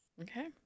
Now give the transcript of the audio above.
okay